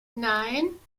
nine